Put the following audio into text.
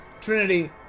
Trinity